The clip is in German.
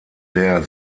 der